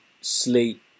sleep